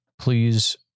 please